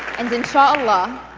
and inch'allah,